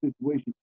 situation